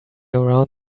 around